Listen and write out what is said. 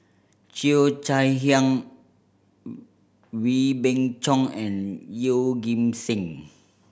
Cheo Chai Hiang Wee Beng Chong and Yeoh Ghim Seng